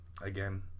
again